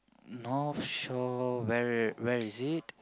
North Shore where where is it